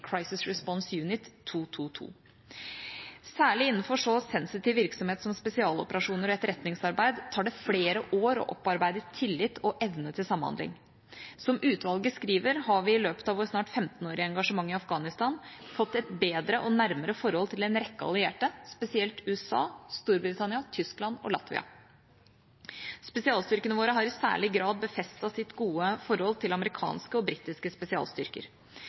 Crisis Response Unit 222. Særlig innenfor så sensitiv virksomhet som spesialoperasjoner og etterretningsarbeid tar det flere år å opparbeide tillit og evne til samhandling. Som utvalget skriver, har vi i løpet av vårt snart 15-årige engasjement i Afghanistan fått et bedre og nærmere forhold til en rekke allierte, spesielt USA, Storbritannia, Tyskland og Latvia. Spesialstyrkene våre har i særlig grad befestet sitt gode forhold til amerikanske og britiske spesialstyrker.